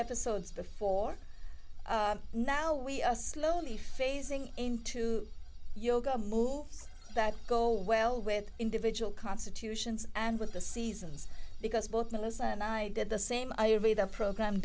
episodes before now we slowly phasing into yoga moves that go well with individual constitutions and with the seasons because both melissa and i did the same i read the program